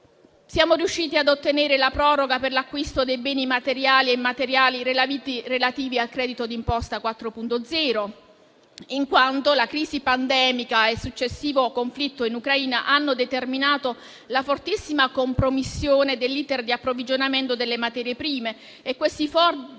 Siamo riusciti a ottenere la proroga per l'acquisto dei beni materiali e immateriali relativi al credito d'imposta 4.0, in quanto la crisi pandemica e il successivo conflitto in Ucraina hanno determinato la fortissima compromissione dell'*iter* di approvvigionamento delle materie prime e questi forti